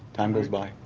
time goes by?